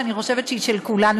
שאני חושבת שהיא של כולנו,